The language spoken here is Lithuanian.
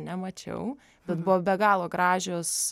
nemačiau bet buvo be galo gražios